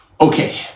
Okay